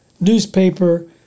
newspaper